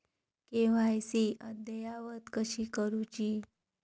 KYC अद्ययावत कशी करुची?